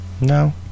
No